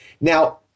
Now